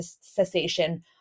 cessation